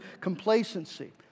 complacency